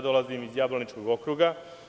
Dolazim iz Jablaničkog okruga.